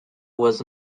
was